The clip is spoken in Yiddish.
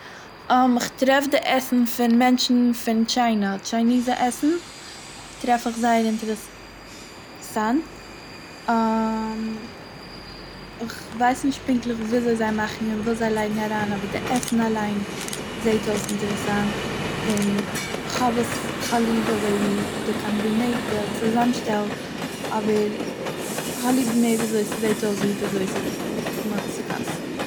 איך טרעף די עסן פון מענטשן פון טשיינע, טשייניזע עסן, טרעף איך זייער אינטערעסאנט, איך ווייס נישט פונקטליך ווי אזוי זיי מאכן און וואס זיי לייגן אריין אבער די עסן אליין זעט אויס אינטערעסאנט און כ'האב עס- כ'האב ליב אזוי ווי די קאמבי- די צוזאמשטעל אבער כ'האב ליב מער ווי אזוי ס'זעט אויס ווי אזוי ס'קאסט.